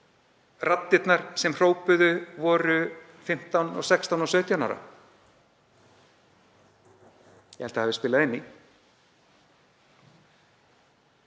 raddirnar sem hrópuðu voru 15, 16 og 17 ára? Ég held að það hafi spilað inn í.